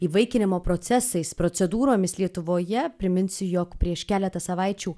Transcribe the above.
įvaikinimo procesais procedūromis lietuvoje priminsiu jog prieš keletą savaičių